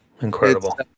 Incredible